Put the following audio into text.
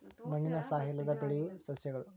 ಮಣ್ಣಿನ ಸಹಾಯಾ ಇಲ್ಲದ ಬೆಳಿಯು ಸಸ್ಯಗಳು